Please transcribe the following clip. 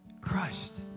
crushed